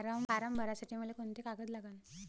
Form भरासाठी मले कोंते कागद लागन?